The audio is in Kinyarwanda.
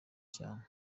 cyane